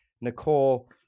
Nicole